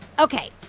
ok.